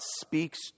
speaks